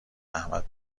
احمد